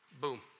boom